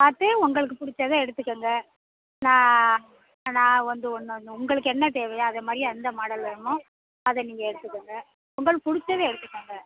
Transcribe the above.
பார்த்து உங்களுக்கு பிடிச்ச தான் எடுத்துக்கோங்க நான் நான் வந்து ஒன்றுன்ன உங்களுக்கு என்ன தேவையை அதை மாதிரி எந்த மாடல் வேணும் அதை நீங்கள் எடுத்துக்கோங்க உங்கள் பிடிச்சத எடுத்துக்கோங்க